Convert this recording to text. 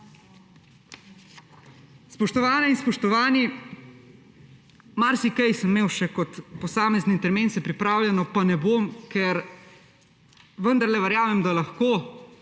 Spoštovane in spoštovani, marsikaj sem imel še kot posamezne intervence pripravljeno, pa ne bom, ker vendarle verjamem, da lahko